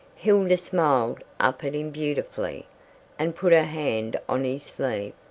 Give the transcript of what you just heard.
hilda smiled up at him beautifully and put her hand on his sleeve.